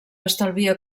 estalvia